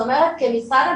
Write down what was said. זאת אומרת כמשרד בטחון,